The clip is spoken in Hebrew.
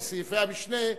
שסעיפי המשנה,